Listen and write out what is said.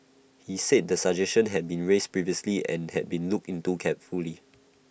he said the suggestion had been raised previously and had been looked into carefully